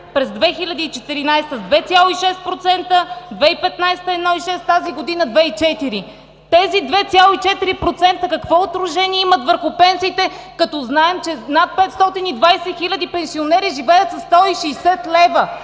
– за 2014 г. с 2,6%, за 2015 г. – 1,6%, а тази година – 2,4%. Тези 2,4% какво отражение имат върху пенсиите, като знаем, че над 520 хиляди пенсионери живеят със 160 лв.?!